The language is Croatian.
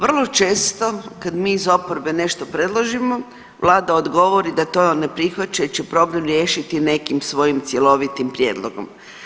Vrlo često kad mi iz oporbe nešto predložimo Vlada odgovori da to ne prihvaćajući problem riješiti nekim svojim cjelovitim prijedlogom.